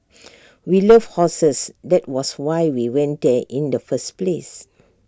we love horses that was why we went there in the first place